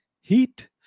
heat